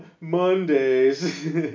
Mondays